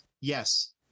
yes